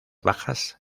bajas